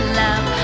love